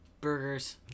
Burgers